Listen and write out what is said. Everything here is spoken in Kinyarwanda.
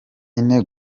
ine